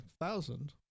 thousand